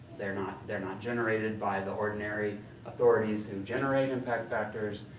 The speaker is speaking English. they're not they're not generated by the ordinary authorities who generate impact factors,